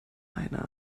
einer